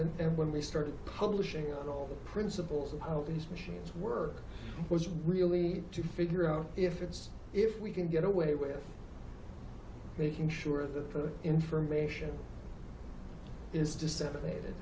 and when we started publishing the principles of these machines work was really to figure out if it's if we can get away with making sure the information is disseminated